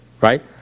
right